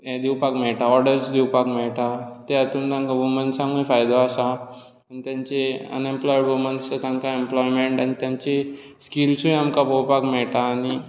हें दिवपाक मेळटा ऑर्डर्स दिवपाक मेळटा त्या हातूंत तांकां वुमन्सांकूय फायदो आसा अनएम्पलॉयड वुमन्स तांकां एम्पलॉयमॅंट आनी तांची स्किल्सूय आमकां पळोवपाक मेळटा